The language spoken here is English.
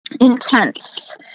intense